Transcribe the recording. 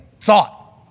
thought